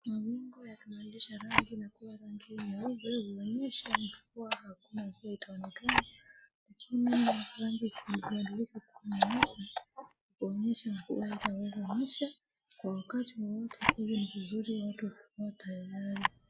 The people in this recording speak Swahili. Mawingu yanatambulisha rangi na kuwa rangi nyeupe, huonyesha mvua hakuna itaonekana. Lakini rangi ikibadilika kuwa nyeusi, huonyesha mvua itaweza nyesha kwa wakati wowote. Kwa hivyo ni vizuri watu kukaa tayari.